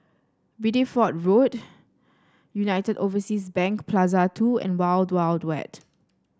Bideford Road United Overseas Bank Plaza Two and Wild Wild Wet